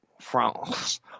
France